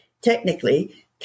technically